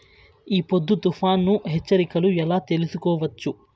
ఈ పొద్దు తుఫాను హెచ్చరికలు ఎలా తెలుసుకోవచ్చు?